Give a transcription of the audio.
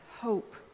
hope